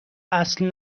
اصل